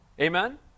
Amen